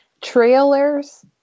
trailers